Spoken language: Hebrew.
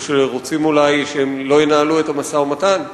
או שרוצים אולי שהם לא ינהלו את המשא-ומתן?